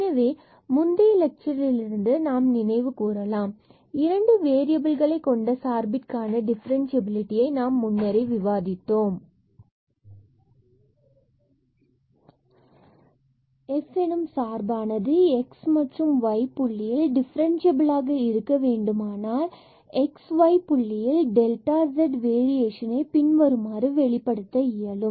எனவே முந்தைய லெட்சரிலிருந்து நாம் நினைவுகூறலாம் இரண்டு வேறியபில்களைக் கொண்ட சார்பிலான டிஃபரண்சியபிலிடியை நாம் முன்னரே விவாதித்தோம் மற்றும் f எனும் சார்பானது x and y புள்ளியியல் டிஃபரன்ஸ்சியபிலாக இருக்க வேண்டுமானால் x y புள்ளியில் டெல்டா delta z வேறியேசனை பின்வருமாறு வெளிப்படுத்த இயலும்